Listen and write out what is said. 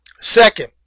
Second